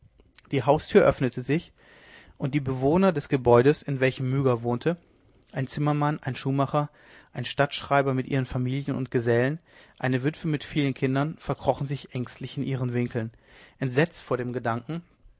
die haustür öffnete sich und die bewohner des gebäudes in welchem myga wohnte ein zimmermann ein schuhmacher ein stadtschreiber mit ihren familien und gesellen eine witwe mit vielen kindern verkrochen sich ängstlich in ihren winkeln entsetzt vor dem gedanken